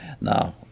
Now